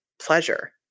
pleasure